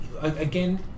again